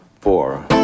four